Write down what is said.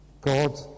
God